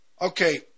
okay